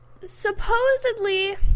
supposedly